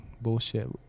bullshit